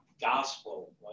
Gospel